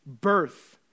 birth